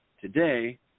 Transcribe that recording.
Today